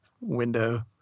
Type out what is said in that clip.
window